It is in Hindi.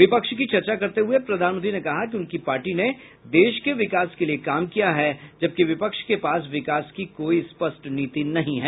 विपक्ष की चर्चा करते हुए प्रधानमंत्री ने कहा कि उनकी पार्टी ने देश के विकास के लिए काम किया है जबकि विपक्ष के पास विकास की कोई स्पष्ट नीति नहीं है